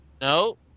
No